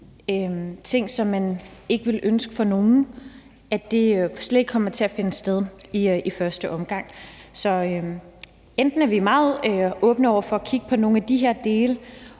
ting, som man ikke ville ønske for nogen, overhovedet ikke kommer til at finde sted i første omgang. Så vi er både meget åbne over for at kigge på nogle af de her dele